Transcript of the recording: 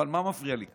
אבל מה מפריע לי כאן?